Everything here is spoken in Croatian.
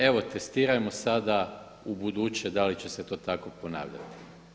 Evo testirajmo sada ubuduće da li će se to tako ponavljati.